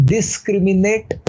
Discriminate